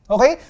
Okay